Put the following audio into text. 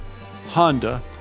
Honda